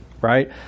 right